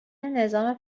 نظام